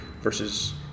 versus